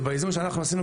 באיזון שאנחנו עשינו,